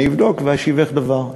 אני אבדוק ואשיבך דבר.